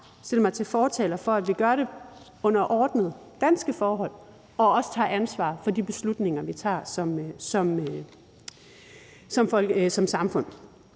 vej, gøre mig til fortaler for, at vi gør det under ordnede danske forhold, og at vi også tager et ansvar for de beslutninger, som vi tager som samfund.